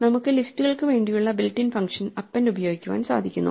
നമുക്ക് ലിസ്റ്റുകൾക്കുവേണ്ടിയുള്ള built in function append ഉപയോഗിക്കുവാൻ സാധിക്കുന്നു